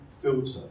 filter